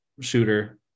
shooter